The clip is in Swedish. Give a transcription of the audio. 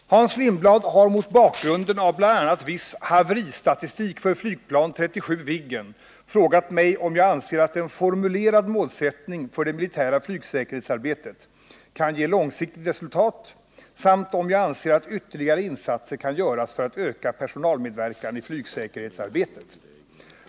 Herr talman! Hans Lindblad har mot bakgrund av bl.a. viss haveristatistik för flygplan 37 Viggen frågat mig om jag anser att en formulerad målsättning för det militära flygsäkerhetsarbetet kan ge långsiktigt resultat samt om jag anser att ytterligare insatser kan göras för att öka personalmedverkan i flygsäkerhetsarbetet.